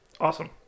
awesome